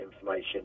information